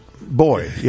boy